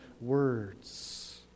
words